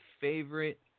favorite